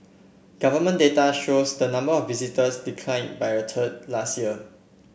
government data shows the number of visitors decline by a third last year